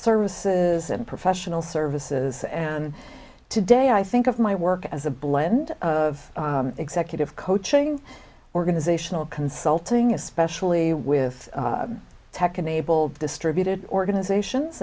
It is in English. services and professional services and today i think of my work as a blend of executive coaching organizational consulting especially with tech enabled distributed organizations